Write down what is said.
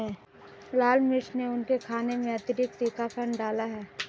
लाल मिर्च ने उनके खाने में अतिरिक्त तीखापन डाला है